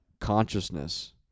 consciousness